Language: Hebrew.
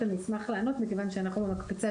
אני אשמח לענות מכיוון שאנחנו מקפצה,